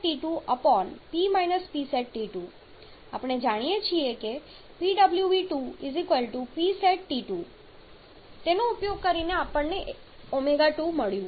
622 PsatP Psat કારણ કે આપણે જાણીએ છીએ કે Pwv 2 Psat તેનો ઉપયોગ કરીને આપણને ω2 પર મળ્યું